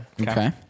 Okay